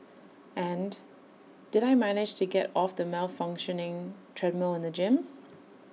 and did I manage to get off the malfunctioning treadmill in the gym